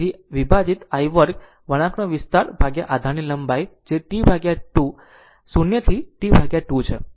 તેથી આ વિભાજિત I 2 વળાંકનો વિસ્તાર આધારની લંબાઈ જે T 2 0 થી T 2 છે